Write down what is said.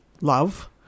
love